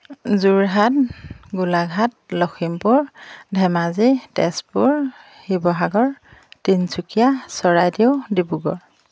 Jorhat Golaghat Lakhimpur Dhemaji Tezpur Sivasagar Tinsukia Charaideo Dibrugarh